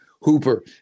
Hooper